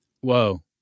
Whoa